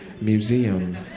museum